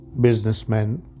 businessmen